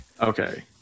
Okay